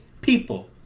people